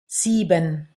sieben